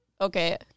Okay